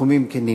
תנחומים כנים.